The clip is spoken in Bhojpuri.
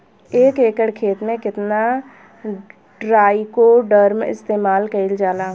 एक एकड़ खेत में कितना ट्राइकोडर्मा इस्तेमाल कईल जाला?